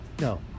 No